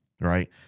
right